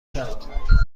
کرد